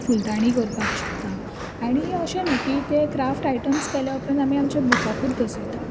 फुलदाणी करपाक शकता आनी अशें न्हू की ते क्राफ्ट आयट्म केल्या उपरांत आमी आमच्या बुकाकूच दसयतात